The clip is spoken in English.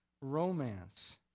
romance